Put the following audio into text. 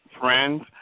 friends